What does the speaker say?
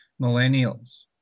millennials